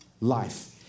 life